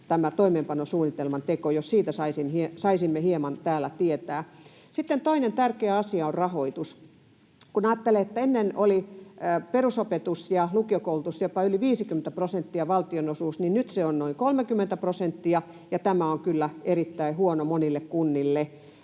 ihan oikeasti aiotaan hoitaa? Jos siitä saisimme hieman täällä tietää. Sitten toinen tärkeä asia on rahoitus. Kun ajattelee, että ennen oli perusopetuksessa ja lukiokoulutuksessa jopa yli 50 prosenttia valtionosuus, niin nyt se on noin 30 prosenttia, ja tämä on kyllä erittäin huono monille kunnille.